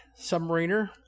submariner